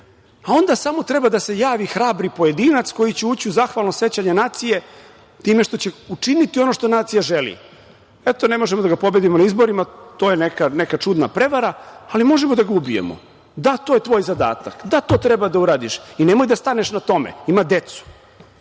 Onda samo treba da se javi hrabri pojedinac koji će ući u zahvalno sećanje nacije time što će učiniti ono što nacija želi. Eto, ne možemo da ga pobedimo na izborima, to je neka čudna prevara, ali možemo da ga ubijemo. Da, to je tvoj zadatak, da to treba da uradiš i nemoj da staneš na tome. Ima decu,